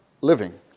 living